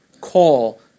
call